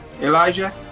Elijah